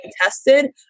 tested